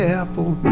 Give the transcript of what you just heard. apple